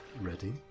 ready